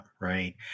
right